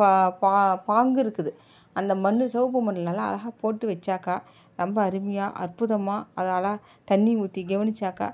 பா பா பாங்கிருக்குது அந்த மண்ணு சிவப்பு மண்ணு நல்லா அழகாக போட்டு வச்சாக்கா ரொம்ப அருமையா அற்புதமாக அதை அழகாக தண்ணி ஊற்றி கவனிச்சாக்கா